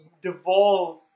devolve